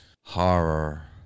horror